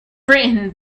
britain